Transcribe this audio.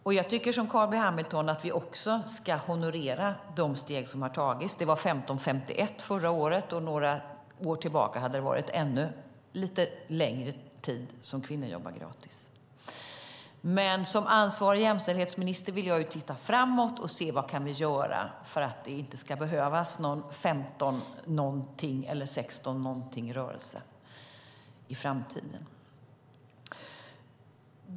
I likhet med Carl B Hamilton tycker jag att vi också ska honorera de steg som tagits. Det var 15.51 förra året. För några år sedan var det ännu lite längre tid som kvinnor jobbade gratis. Men som ansvarig jämställdhetsminister vill jag titta framåt och se vad vi kan göra för att det inte ska behövas någon 15 eller 16-någonting-rörelse i framtiden.